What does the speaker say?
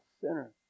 sinner